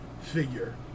figure